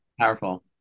powerful